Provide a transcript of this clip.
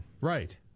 right